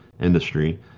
industry